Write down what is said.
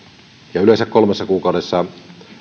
ja yleensä kolmessa kuukaudessa